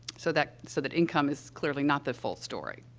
so that so that income is clearly not the full story.